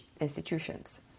institutions